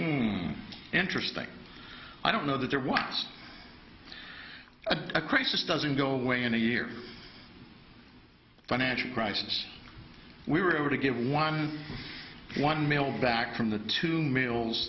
one interesting i don't know that there was a crisis doesn't go away in a year financial crisis we were able to give one one mailed back from the two m